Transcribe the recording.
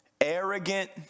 arrogant